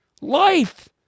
Life